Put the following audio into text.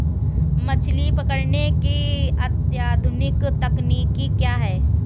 मछली पकड़ने की अत्याधुनिक तकनीकी क्या है?